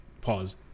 Pause